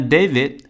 David